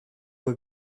were